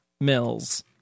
Mills